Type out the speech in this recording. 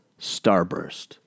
Starburst